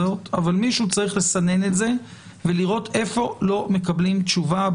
אבל מישהו צריך לסנן את זה ולראות איפה לא מקבלים תשובה,